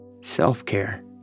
Self-care